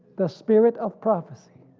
the spirit of prophecy.